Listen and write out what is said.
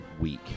week